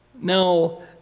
Now